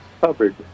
covered